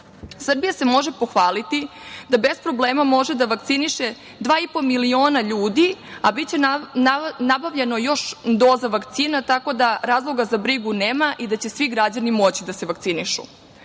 se može pohvaliti da bez problema može da vakciniše dva i po miliona ljudi, a biće nabavljeno još doza vakcina, tako da razloga za brigu nema i da će svi građani moći da se vakcinišu. Ono